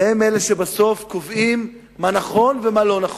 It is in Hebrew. והם אלה שבסוף קובעים מה נכון ומה לא נכון.